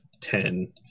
ten